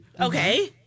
Okay